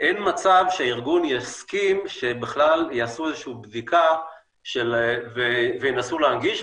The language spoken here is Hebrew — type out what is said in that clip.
אין מצב שהארגון יסכים שבכלל יעשו איזו שהיא בדיקה וינסו להנגיש,